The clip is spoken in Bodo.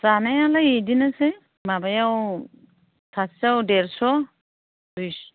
जानायालाय बिदिनोसै माबायाव सासेयाव देरस' दुइस'